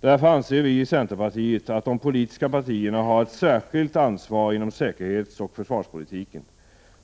Därför anser vi i centern att de politiska partierna har ett särskilt ansvar inom säkerhetsoch försvarspolitiken.